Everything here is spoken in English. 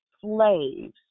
slaves